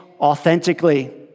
authentically